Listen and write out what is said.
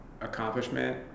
accomplishment